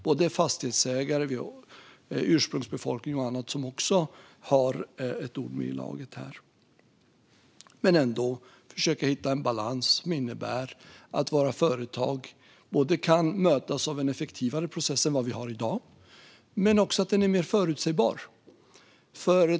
Även fastighetsägare, ursprungsbefolkning och andra ska ju ha ett ord med i laget. Det gäller att hitta en balans som innebär att våra företag kan mötas av en både effektivare och mer förutsägbar process än dagens.